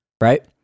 right